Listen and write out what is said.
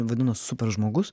vadinos super žmogus